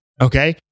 okay